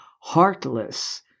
heartless